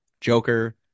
Joker